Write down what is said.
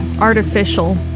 artificial